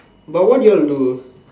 but what did y'all do